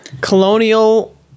Colonial